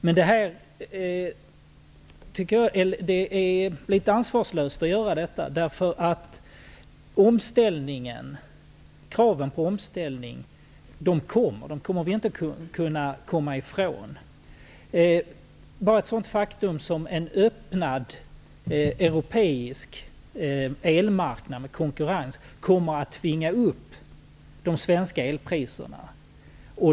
Men det är litet ansvarslöst därför att kraven på omställning kommer, dem kommer vi inte att kunna komma ifrån. Bara ett sådant faktum som en öppnad europeisk elmarknad med konkurrens kommer att tvinga upp de svenska elpriserna.